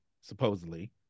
supposedly